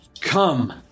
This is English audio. Come